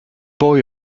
boy